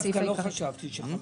אני דווקא לא חשבתי ש-5,000.